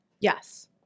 Yes